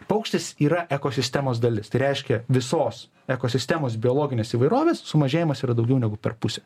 paukštis yra ekosistemos dalis tai reiškia visos ekosistemos biologinės įvairovės sumažėjimas yra daugiau negu per pusę